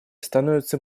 становятся